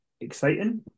exciting